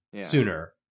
sooner